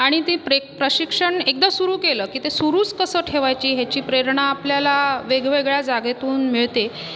आणि ती प्रेक प्रशिक्षण एकदा सुरु केलं की ते सुरूच तसं ठेवायची ह्याची प्रेरणा आपल्याला वेगवेगळ्या जागेतून मिळते